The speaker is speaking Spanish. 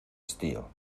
estío